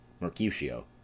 Mercutio